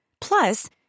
Plus